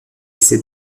essaie